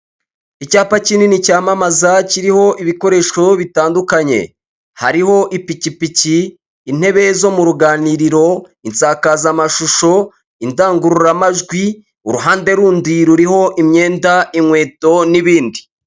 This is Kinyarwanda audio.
Icyapa kinini cyamamaza kiriho ibikoresho bitandukanye hariho ipikipiki, intebe zo mu ruganiriro , insakazamashusho ,indangururamajwi uruhande rundi ruriho imyenda inkweto n'ibindi .